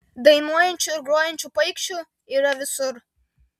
dainuojančių ir grojančių paikšių yra visur